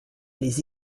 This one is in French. les